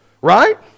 Right